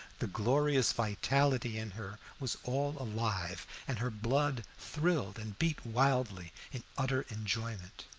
the glorious vitality in her was all alive, and her blood thrilled and beat wildly in utter enjoyment.